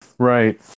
Right